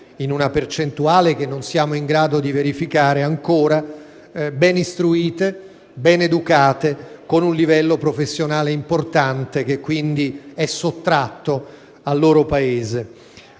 in una percentuale che non siamo in grado di verificare ancora, ben istruite, ben educate, con un livello professionale importante, che quindi è sottratto al loro Paese.